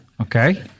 Okay